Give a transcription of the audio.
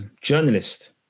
Journalist